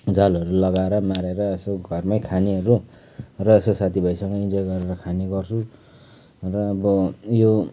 जालहरू लगाएर मारेर यसो घरमै खानेहरू र यसो साथी भाइसँग इन्जोय गरेर खाने गर्छु र अब यो